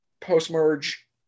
post-merge